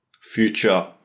future